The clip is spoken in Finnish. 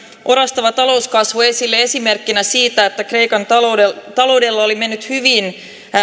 orastava talouskasvu esille esimerkkinä siitä että kreikan taloudella taloudella oli mennyt hyvin